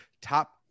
top